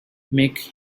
make